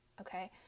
okay